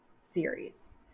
series